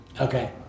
Okay